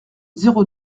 zéro